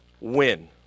win